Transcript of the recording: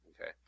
Okay